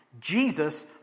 Jesus